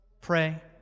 pray